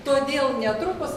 todėl netrukus